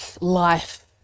life